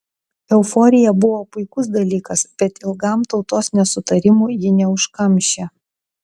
euforija buvo puikus dalykas bet ilgam tautos nesutarimų ji neužkamšė